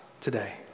today